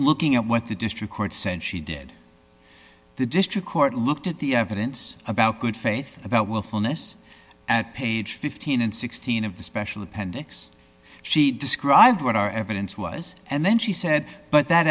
looking at what the district court said she did the district court looked at the evidence about good faith about willfulness at page fifteen dollars sixteen cents of the special appendix she described what our evidence was and then she said but that